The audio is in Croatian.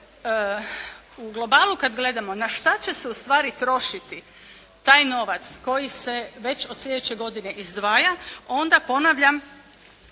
U globalu kad gledamo na šta će se ustvari trošiti taj novac koji se već od sljedeće godine izdvaja, onda ponavljam